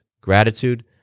gratitude